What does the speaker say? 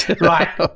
Right